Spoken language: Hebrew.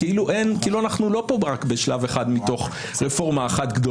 בג"ץ פסל את זה.